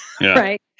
right